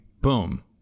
boom